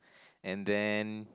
and then